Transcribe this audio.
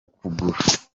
kugura